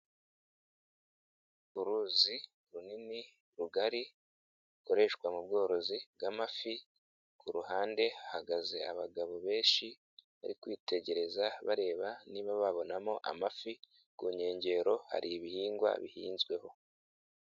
Uruzi runini rugari rukoreshwa mu bworozi bw'amafi, kuruhande hahagaze abagabo benshi bari kwitegereza bareba niba babonamo amafi. Kunkengero hari ibihingwa bihinzweho.